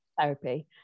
therapy